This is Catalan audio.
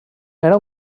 era